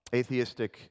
atheistic